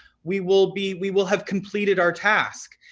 we will be we will have completed our task,